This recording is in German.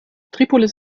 tripolis